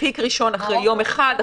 פיק ראשון אחרי יום אחד,